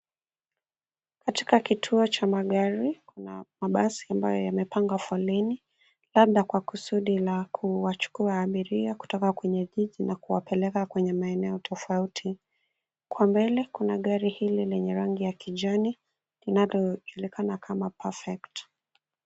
Katika kituo cha magari, kuna mabasi ambayo yamepanga foleni, labda kwa kusudi la kuwachukua abiria kutoka kwenye viti na kuwapeleka kwenye maeneo tofauti. Kwa mbele kuna gari hili lenye rangi ya kijani linalojulikana kama Perfect .